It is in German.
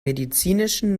medizinischen